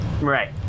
Right